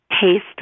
taste